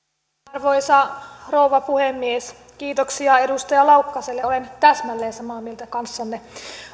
arvoisa rouva puhemies kiitoksia edustaja laukkaselle olen täsmälleen samaa mieltä kanssanne